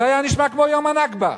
זה היה נשמע כמו יום הנכבה.